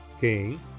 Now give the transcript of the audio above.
king